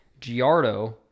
Giardo